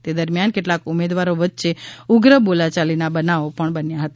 તે દરમિયાન કેટલાક ઉમેદવારો વચ્ચે ઉગ્ર બોલા ચાલીના બનાવો પણ બન્યા હતા